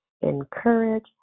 encourage